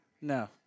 No